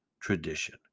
tradition